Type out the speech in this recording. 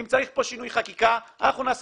אם צריך פה שינוי חקיקה אנחנו נעשה